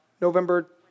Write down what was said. November